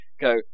go